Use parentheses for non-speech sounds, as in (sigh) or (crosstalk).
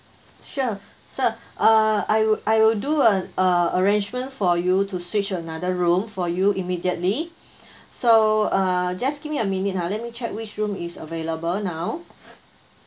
sure sir uh I will I will do a uh arrangement for you to switch another room for you immediately (breath) so uh just give me a minute ah let me check which room is available now (breath)